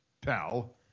pal